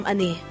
Ani